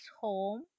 home